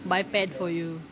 buy pad for you